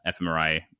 fMRI